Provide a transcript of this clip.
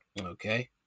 Okay